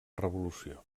revolució